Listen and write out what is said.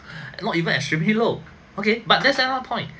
not even extremely low okay but that's another point